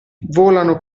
volano